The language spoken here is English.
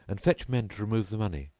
and fetch men to remove the money,